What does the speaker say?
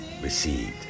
received